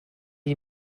you